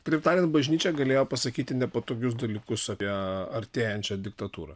kitaip tariant bažnyčia galėjo pasakyti nepatogius dalykus apie artėjančią diktatūrą